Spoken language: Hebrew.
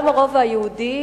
גם הרובע היהודי,